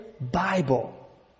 Bible